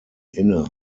inne